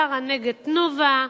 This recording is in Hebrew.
"טרה" נגד "תנובה",